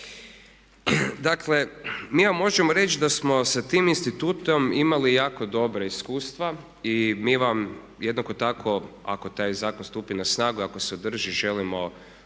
Dakle mi vam možemo reći da smo sa tim institutom imali jako dobra iskustva i mi vam jednako tako ako taj zakon stupi na snagu i ako se održi želimo